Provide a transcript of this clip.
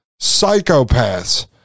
psychopaths